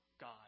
God